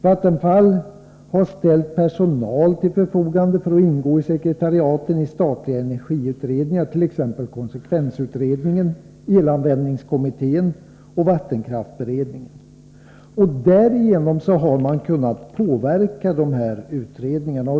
Vattenfall har ställt personal till förfogande för att ingå i sekretariaten i statliga energiutredningar, t.ex. konsekvensutredningen, elanvändningskommittén och vattenkraftberedningen. Därigenom har man kunnat påverka dessa utredningar.